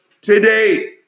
today